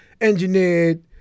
engineered